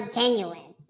genuine